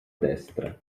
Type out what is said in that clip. destra